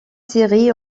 série